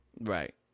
right